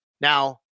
Now